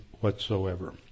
whatsoever